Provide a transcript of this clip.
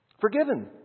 forgiven